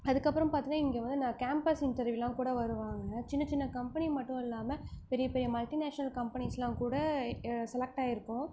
அதுக்கப்புறம் பார்த்திங்கனா இங்கே வந்து ந கேம்பஸ் இன்டர்வ்யூலாம் கூட வருவாங்க சின்ன சின்ன கம்பெனி மட்டும் இல்லாமல் பெரிய பெரிய மல்ட்டிநேஷ்னல் கம்பெனிஸெலாம் கூட செலக்ட் ஆகிருக்கோம்